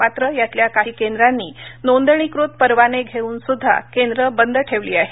मात्र यातल्या काही केंद्रांनी नोंदणीकृत परवाने घेऊनसुद्धा केंद्र बंद ठेवली आहेत